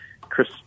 Chris